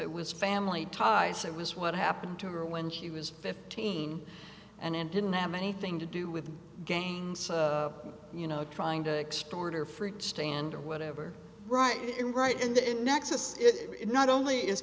it was family ties it was what happened to her when she was fifteen and it didn't have anything to do with gains you know trying to extort or fruit stand or whatever right and right in the end nexus it not only is